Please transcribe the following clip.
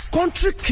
Country